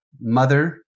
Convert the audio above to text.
mother